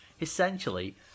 Essentially